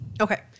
Okay